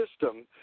system